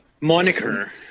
moniker